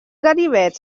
ganivets